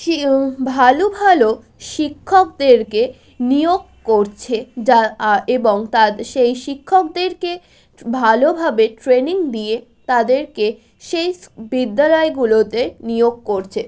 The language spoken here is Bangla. সে ভালো ভালো শিক্ষকদেরকে নিয়োগ করছে যা এবং তাদ সেই শিক্ষকদেরকে ভালোভাবে ট্রেনিং দিয়ে তাদেরকে সেই বিদ্যালয়গুলোতে নিয়োগ করছে